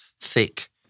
thick